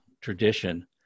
tradition